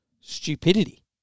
stupidity